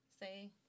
say